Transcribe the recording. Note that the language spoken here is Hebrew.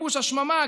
כיבוש השממה,